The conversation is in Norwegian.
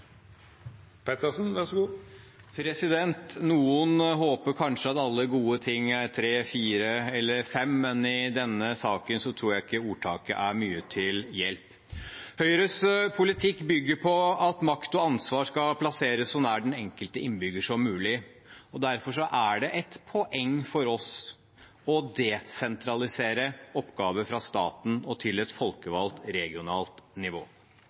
tre, fire eller fem, men i denne saken tror jeg ikke ordtaket er mye til hjelp. Høyres politikk bygger på at makt og ansvar skal plasseres så nær den enkelte innbygger som mulig. Derfor er det et poeng for oss å desentralisere oppgaver fra staten til et folkevalgt regionalt nivå.